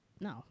No